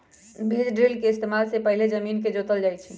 बीज ड्रिल के इस्तेमाल से पहिले जमीन के जोतल जाई छई